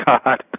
God